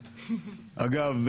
אגב,